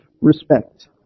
respect